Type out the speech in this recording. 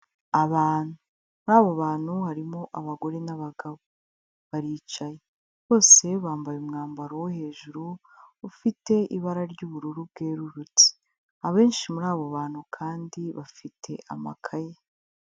Abantu. Muri abo bantu harimo abagore n'abagabo. Baricaye. Bose bambaye umwambaro wo hejuru, ufite ibara ry'ubururu bwerurutse. Abenshi muri abo bantu kandi bafite amakaye.